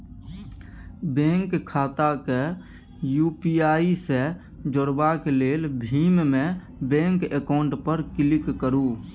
bank खाता केँ UPI सँ जोरबाक लेल भीम मे बैंक अकाउंट पर क्लिक करु